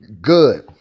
Good